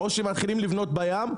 או שמתחילים לבנות בים,